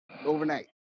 overnight